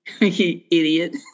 idiot